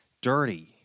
dirty